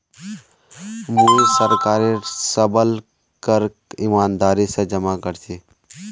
मुई सरकारेर सबल करक ईमानदारी स जमा कर छी